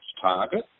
target